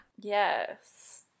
Yes